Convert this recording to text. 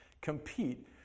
compete